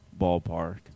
ballpark